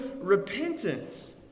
repentance